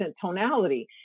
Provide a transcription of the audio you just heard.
tonality